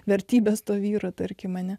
vertybės to vyro tarkim mane